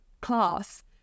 class